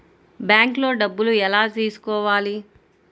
బ్యాంక్లో డబ్బులు ఎలా తీసుకోవాలి?